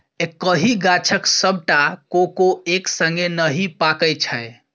एक्कहि गाछक सबटा कोको एक संगे नहि पाकय छै